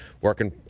working